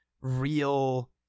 real